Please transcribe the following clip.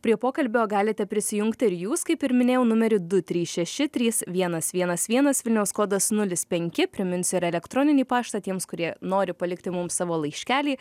prie pokalbio galite prisijungti ir jūs kaip ir minėjau numeri du trys šeši trys vienas vienas vienas vilniaus kodas nulis penki priminsiu ir elektroninį paštą tiems kurie nori palikti mum savo laiškelį